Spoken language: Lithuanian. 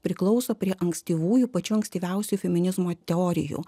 priklauso prie ankstyvųjų pačių ankstyviausių feminizmo teorijų